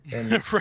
right